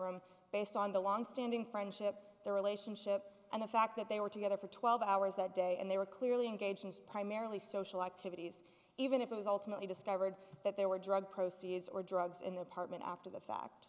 room based on the longstanding friendship their relationship and the fact that they were together for twelve hours that day and they were clearly engaging is primarily social activities even if it was ultimately discovered that there were drug proceeds or drugs in the apartment after the fact